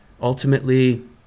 ultimately